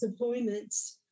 deployments